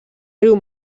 riu